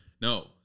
no